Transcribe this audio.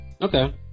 Okay